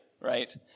Right